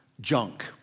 junk